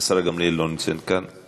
השרה גמליאל לא נמצאת כאן.